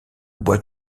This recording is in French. bois